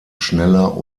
schneller